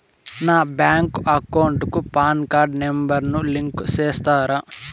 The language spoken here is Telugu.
నా బ్యాంకు అకౌంట్ కు పాన్ కార్డు నెంబర్ ను లింకు సేస్తారా?